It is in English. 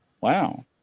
Wow